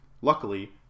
luckily